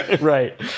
Right